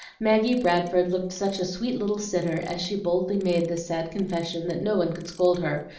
maggie bradford looked such a sweet little sinner as she boldly made this sad confession, that no one could scold her,